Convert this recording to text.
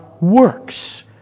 works